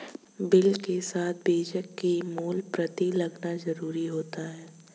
bill के साथ बीजक की मूल प्रति लगाना जरुरी होता है